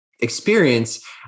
experience